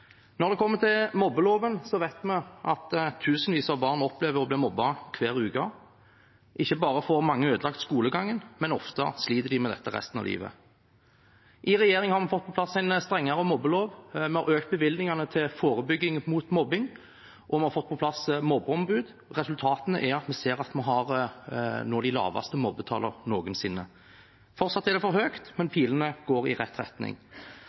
Når det gjelder mobbeloven, vet vi at tusenvis av barn opplever å bli mobbet hver uke. Ikke bare får mange ødelagt skolegangen, men ofte sliter de også med dette resten av livet. I regjeringen har vi fått på plass en strengere mobbelov. Vi har økt bevilgningene til forebygging mot mobbing, og vi har fått på plass mobbeombud. Resultatet er at vi nå ser de laveste mobbetallene noensinne. De er fortsatt for høye, men pilene går i rett retning.